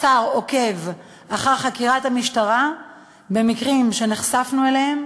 השר עוקב אחר חקירת המשטרה במקרים שנחשפנו אליהם